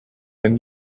than